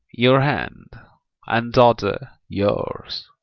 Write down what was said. your hand and, daughter, yours.